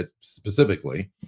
specifically